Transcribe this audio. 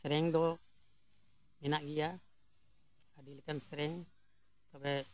ᱥᱮᱨᱮᱧ ᱫᱚ ᱢᱮᱱᱟᱜ ᱜᱮᱭᱟ ᱟᱹᱰᱤ ᱞᱮᱠᱟᱱ ᱥᱮᱨᱮᱧ ᱛᱚᱵᱮ